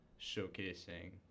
showcasing